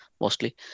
mostly